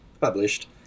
published